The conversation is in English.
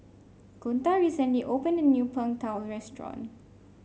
Kunta recently opened a new Png Tao Restaurant